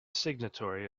signatory